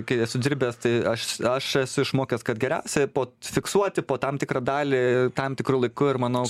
kai esu dirbęs tai aš aš esu išmokęs kad geriausia po fiksuoti po tam tikrą dalį tam tikru laiku ir manau